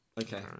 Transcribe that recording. Okay